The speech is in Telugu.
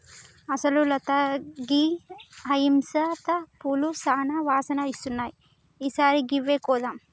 అసలు లత గీ హైసింత పూలు సానా వాసన ఇస్తున్నాయి ఈ సారి గివ్వే కొందాం